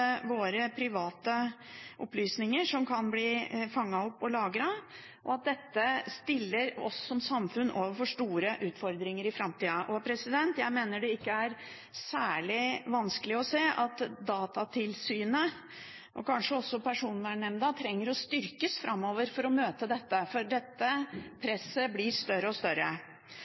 våre private opplysninger, som kan bli fanget opp og lagret, og at dette stiller oss som samfunn overfor store utfordringer i framtida. Jeg mener at det ikke er særlig vanskelig å se at Datatilsynet – og kanskje også Personvernnemnda – trenger å styrkes framover for å møte dette, for dette presset blir større og større.